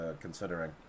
considering